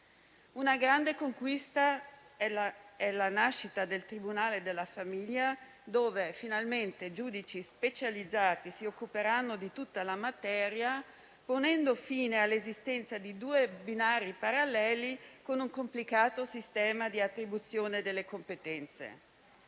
Una grande conquista è la nascita del tribunale della famiglia, dove finalmente giudici specializzati si occuperanno di tutta la materia, ponendo fine all'esistenza di due binari paralleli con un complicato sistema di attribuzione delle competenze.